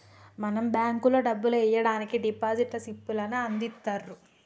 మనం బేంకులో డబ్బులు ఎయ్యడానికి డిపాజిట్ స్లిప్ లను అందిత్తుర్రు